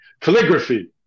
calligraphy